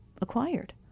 acquired